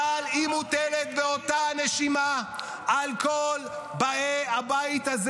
אבל היא מוטלת באותה נשימה על כל באי הבית הזה,